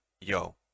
yo